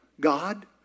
God